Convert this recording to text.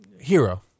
hero